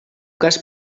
cas